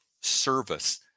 service